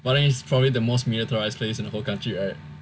but then it's probably the most militarised place in whole country right